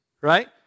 Right